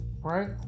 right